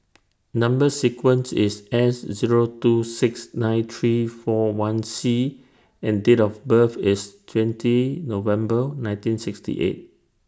Number sequence IS S Zero two six nine three four one C and Date of birth IS twenty November nineteen sixty eight